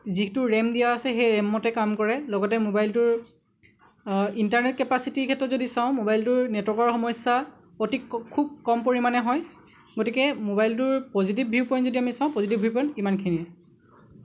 যিটো ৰেম দিয়া আছে সেই ৰেম মতে কাম কৰে লগতে ম'বাইলটোৰ ইন্টাৰনেট কেপাচিটীৰ ক্ষেত্ৰত যদি চাওঁ ম'বাইলটোৰ নেটৱৰ্কৰ সমস্যা অতি খুব কম পৰিমাণে হয় গতিকে ম'বাইলটোৰ পজিটিভ ভিউ পইন্ট যদি আমি চাওঁ পজিটিভ ভিউ পইন্ট ইমানখিনিয়েই